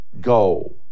Go